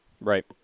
Right